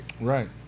right